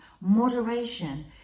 moderation